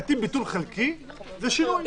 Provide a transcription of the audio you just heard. מבחינתי ביטול חלקי זה שינוי.